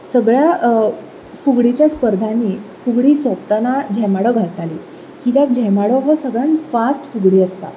सगळ्या फुगडीच्या स्पर्धांनी फुगडी सोंपतना झेमाडो घालतालीं कित्याक झेमाडो हो सगळ्यान फास्ट फुगडी आसता